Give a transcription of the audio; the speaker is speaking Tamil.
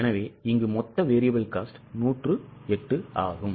எனவே மொத்த variable cost 108 ஆகும்